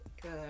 Good